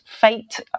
fate